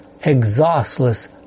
exhaustless